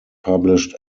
published